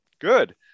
Good